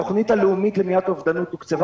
התוכנית הלאומית למניעת אובדנות תוקצבה